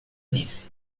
disse